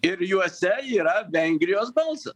ir juose yra vengrijos balsas